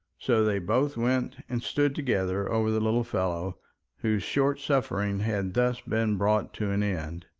so they both went and stood together over the little fellow whose short sufferings had thus been brought to an end.